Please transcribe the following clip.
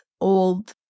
old